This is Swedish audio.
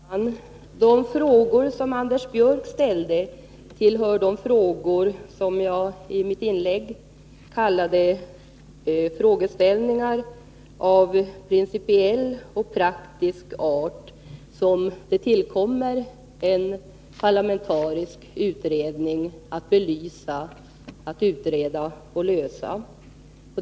Fru talman! De frågor som Anders Björck ställde tillhör det som jag i mitt inlägg kallade frågeställningar av principiell och praktisk art, som det tillkommer en parlamentarisk utredning att belysa, utreda och lösa.